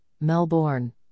Melbourne